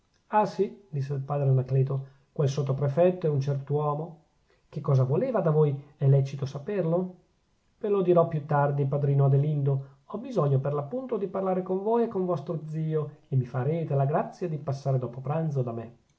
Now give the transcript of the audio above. ah sì disse il padre anacleto quel sottoprefetto è un cert'uomo che cosa voleva da voi è lecito saperlo ve lo dirò più tardi padrino adelindo ho bisogno per l'appunto di parlare con voi e con vostro zio e mi farete la grazia di passare dopo pranzo da me